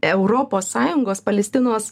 europos sąjungos palestinos